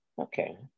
Okay